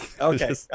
okay